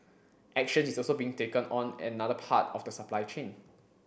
action is also being taken on another part of the supply chain